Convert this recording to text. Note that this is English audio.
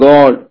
God